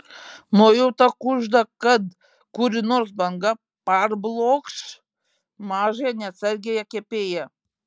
nuojauta kužda kad kuri nors banga parblokš mažąją neatsargiąją kepėją